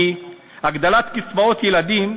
כי הגדלת קצבאות ילדים,